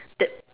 that